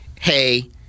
hey